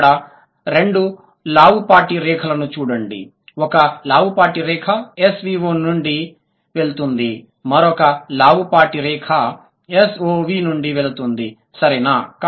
ఇక్కడ రెండు లావుపాటి రేఖలను చూడండి ఒక లావుపాటి రేఖ SVO నుండి వెళుతుంది మరొక లావుపాటి రేఖ SOV నుండి వెళుతుంది సరేనా